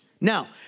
Now